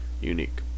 unique